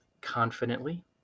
confidently